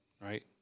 right